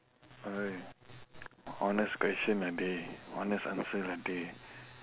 !oi! honest question ah dey honest answer lah dey